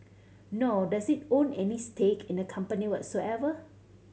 nor does it own any stake in the company whatsoever